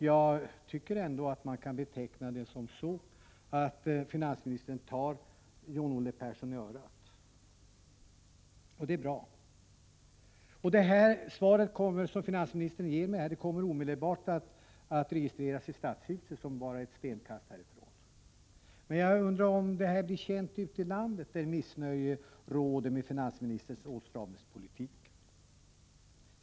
Jag tycker att man kan beteckna svaret så, att finansministern tar John-Olle Persson i örat. Det är bra. Det svar som finansministern har givit mig här kommer omedelbart att registreras i stadshuset, som ligger bara ett stenkast härifrån. Men jag undrar om det blir känt ute i landet, där missnöje råder med finansministerns åtstramningspolitik.